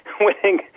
winning